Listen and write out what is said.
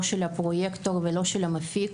לא של הפרויקטור ולא של המפיק.